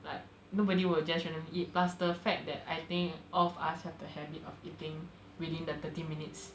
like nobody will just randomly eat plus the fact that I think all of us have the habit of eating within the thirty minutes